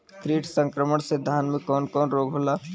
कीट संक्रमण से धान में कवन कवन रोग होला?